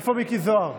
מיקי זוהר?